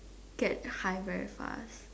get high very fast